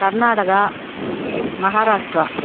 Karnataka Maharashtra